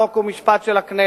חוק ומשפט של הכנסת.